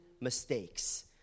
mistakes